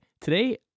Today